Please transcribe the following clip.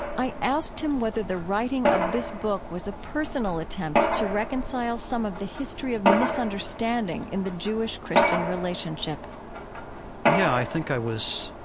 i asked him whether the writing of this book was a personal attempt to reconcile some of the history of misunderstanding in the jewish christian relationship yeah, i think i was,